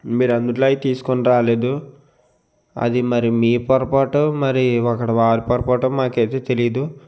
మీరు అందుట్లో అయి తీసుకొని రాలేదు అది మరి మీ పొరపాటో మరి ఒకరి వారి పొరపాటో మాకైతే తెలీదు